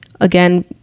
again